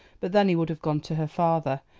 but then he would have gone to her father,